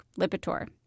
Lipitor